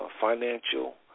financial